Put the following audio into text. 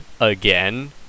again